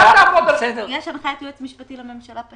יש הנחיית היועץ המשפטי לממשלה.